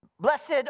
Blessed